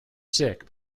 sick